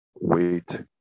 weight